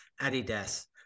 Adidas